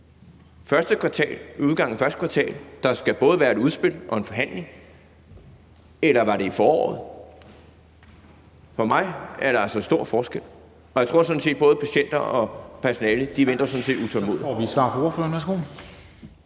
det er ved udgangen af første kvartal, at der både skal være et udspil og en forhandling, eller er det i foråret? For mig er der altså stor forskel. Jeg tror sådan set, at både patienter og personale venter utålmodigt.